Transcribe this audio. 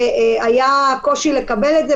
והיה קושי לקבל את המרשם הפלילי.